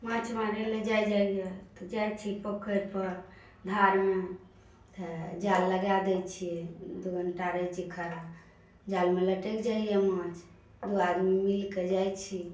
माछ मारय लेल जाइ जाइए तऽ जाइत छी पोखरिपर धारमे तऽ जाल लगाए दैत छियै दू घण्टा रहैत छियै खड़ा जालमे लटकि जाइए माछ दू आदमी मिलि कऽ जाइत छी